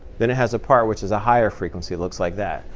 then it has a part which is a higher frequency. it looks like that.